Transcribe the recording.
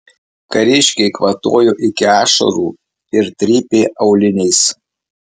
kariškiai kvatojo iki ašarų ir trypė auliniais